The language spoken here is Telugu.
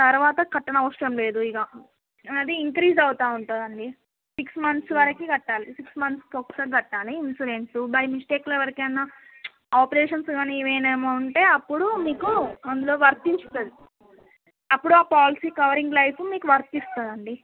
తర్వాత కట్టనవసరం లేదు ఇగ అది ఇంక్రీజ్ అవుతూ ఉంటుందండి సిక్స్ మంత్స్ వరకు కట్టాలి సిక్స్ మంత్స్కి ఒకసారి కట్టాలి ఇన్సూరెన్స్ బై మిస్టేక్లో ఎవరికైనా ఆపరేషన్స్ కాని ఏమైనా ఉంటే అప్పుడు మీకు అందులో వర్తించుతుంది అప్పుడు ఆ పాలసీ కవరింగ్ లైఫ్ మీకు వర్తిస్తుంది అండి